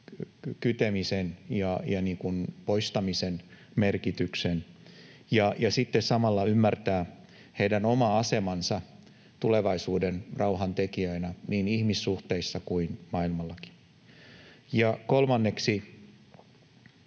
kytemisen ja poistamisen merkitystä, ja sitten samalla ymmärtämään heidän oma asemansa tulevaisuuden rauhantekijöinä niin ihmissuhteissa kuin maailmallakin. Ja kolmanneksi: